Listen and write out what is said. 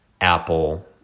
Apple